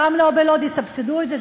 ברמלה או בלוד יסבסדו את זה?